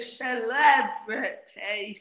celebrity